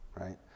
right